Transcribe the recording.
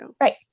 Right